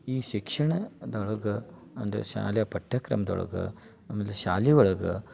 ಈ ಶಿಕ್ಷಣದೊಗೆ ಅಂದ್ರೆ ಶಾಲ್ಯ ಪಠ್ಯ ಕ್ರಮ್ದೊಳಗೆ ಅಮೇಲೆ ಶಾಲಿ ಒಳಗೆ